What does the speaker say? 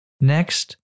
Next